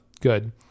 good